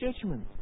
judgment